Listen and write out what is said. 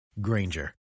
Granger